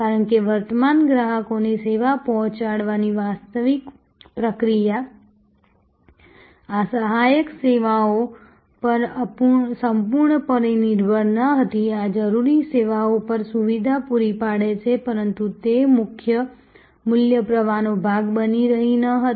કારણ કે વર્તમાન ગ્રાહકોને સેવા પહોંચાડવાની વાસ્તવિક પ્રક્રિયા આ સહાયક સેવાઓ પર સંપૂર્ણપણે નિર્ભર ન હતી આ જરૂરી સેવાઓ પર સુવિધા પૂરી પાડે છે પરંતુ તે મુખ્ય મૂલ્ય પ્રવાહનો ભાગ બની રહી ન હતી